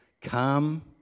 Come